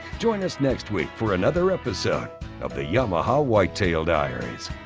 join us next week for another episode of the yamaha whitetail diaries.